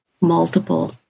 multiple